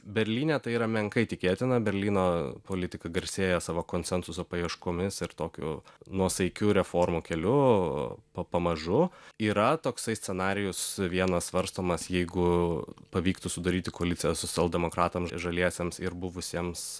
berlyne tai yra menkai tikėtina berlyno politikai garsėja savo konsensuso paieškomis ir tokiu nuosaikių reformų keliu pa pamažu yra toksai scenarijus vienas svarstomas jeigu pavyktų sudaryti koaliciją socialdemokratams žaliesiems ir buvusiems